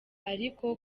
ariko